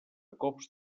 cops